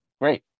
great